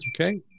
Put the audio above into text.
Okay